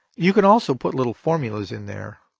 you could also put little formulas in there